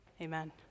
Amen